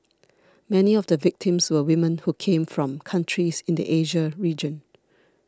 many of the victims were women who came from countries in the Asia region